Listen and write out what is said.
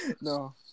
no